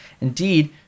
indeed